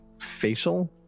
facial